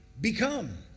Become